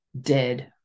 dead